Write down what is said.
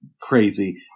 crazy